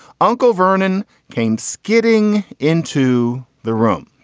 uncle vernon came skidding into the room.